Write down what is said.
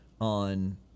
on